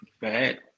bad